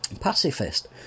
Pacifist